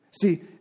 See